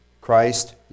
Christ